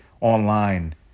online